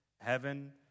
heaven